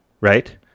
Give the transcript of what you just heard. right